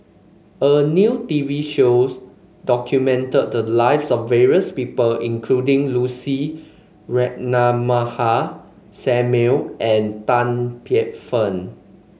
a new T V shows documented the lives of various people including Lucy Ratnammah Samuel and Tan Paey Fern